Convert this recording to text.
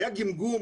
היה גמגום,